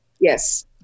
Yes